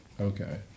okay